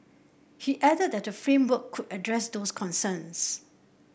he added that the framework could address those concerns